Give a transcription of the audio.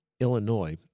Illinois